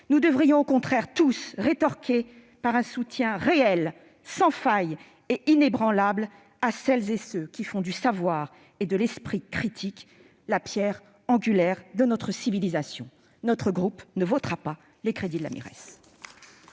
Nous devrions au contraire tous rétorquer par un soutien réel, sans faille et inébranlable à celles et à ceux qui font du savoir et de l'esprit critique la pierre angulaire de notre civilisation. Notre groupe ne votera pas les crédits de la mission